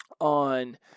on